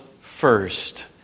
first